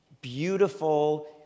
beautiful